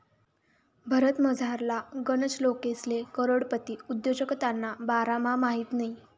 भारतमझारला गनच लोकेसले करोडपती उद्योजकताना बारामा माहित नयी